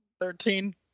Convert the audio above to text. Thirteen